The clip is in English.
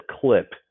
clip